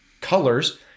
colors